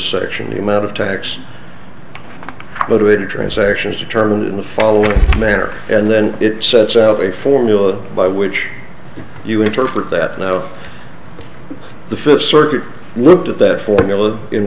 in the amount of tax motivated transactions determined in the following manner and then it sets out a formula by which you interpret that now the fifth circuit looked at that formula in